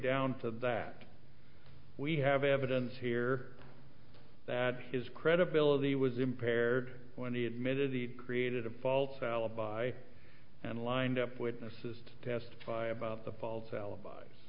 down for that we have evidence here that his credibility was impaired when he admitted he created a false alibi and lined up witnesses to testify about the false alibi